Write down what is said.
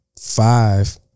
five